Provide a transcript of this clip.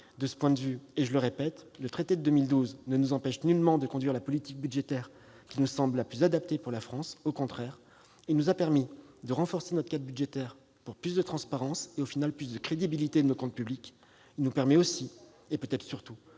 De ce point de vue, je le répète, le traité de 2012 ne nous empêche nullement de conduire la politique budgétaire qui nous semble la plus adaptée pour la France. Au contraire, il nous a permis de renforcer notre cadre budgétaire pour plus de transparence et, finalement, de donner plus de crédibilité à nos comptes publics. Il nous permet aussi, et peut-être surtout,